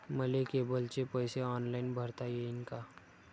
मले केबलचे पैसे ऑनलाईन भरता येईन का?